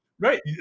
Right